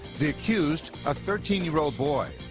the accused, a thirteen year old boy.